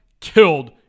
killed